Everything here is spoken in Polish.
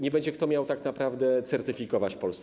Nie będzie kto miał tak naprawdę certyfikować w Polsce.